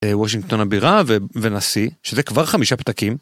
וושינגטון הבירה ונשיא שזה כבר חמישה פתקים.